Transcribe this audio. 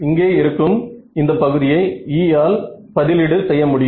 இங்கே இருக்கும் இந்த பகுதியை E ஆல் பதிலீடு செய்ய முடியும்